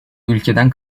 ülkeden